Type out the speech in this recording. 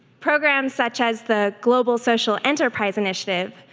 programs such as the global social enterprise initiative,